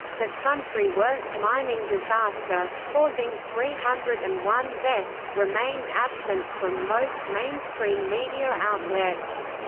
the country worst mining disaster, causing three hundred and one deaths, remained absent from most mainstream media outlets.